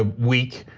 ah weak,